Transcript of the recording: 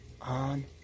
On